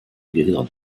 gehirn